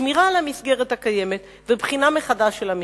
שמירה על המסגרת הקיימת ובחינה מחדש של המכרז.